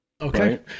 Okay